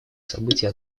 событий